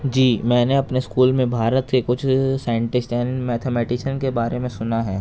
جی میں نے اپنے اسکول میں بھارت کے کچھ سائنٹسٹ اینڈ میتھے میٹیشین کے بارے سنا ہے